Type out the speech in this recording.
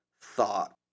thought